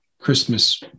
Christmas